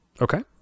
okay